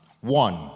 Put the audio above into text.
One